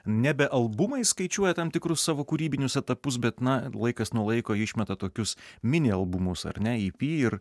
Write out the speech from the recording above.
nebe albumais skaičiuoja tam tikrus savo kūrybinius etapus bet na laikas nuo laiko išmeta tokius mini albumus ar ne i pi ir